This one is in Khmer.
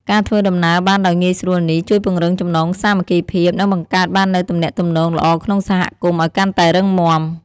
ការធ្វើដំណើរបានដោយងាយស្រួលនេះ ជួយពង្រឹងចំណងសាមគ្គីភាព និងបង្កើតបាននូវទំនាក់ទំនងល្អក្នុងសហគមន៍ឲ្យកាន់តែរឹងមាំ។